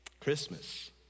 Christmas